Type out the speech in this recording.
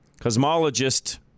cosmologist